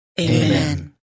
Amen